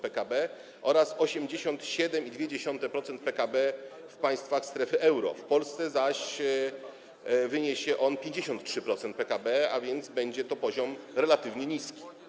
PKB oraz 87,2% PKB w państwach strefy euro, w Polsce zaś wyniesie on 53% PKB, a więc będzie to poziom relatywnie niski.